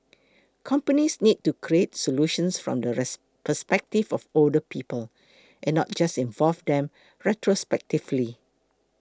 companies need to create solutions from the perspective of older people and not just involve them retrospectively